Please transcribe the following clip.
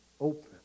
open